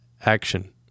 action